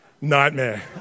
nightmare